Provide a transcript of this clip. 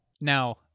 Now